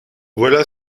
voilà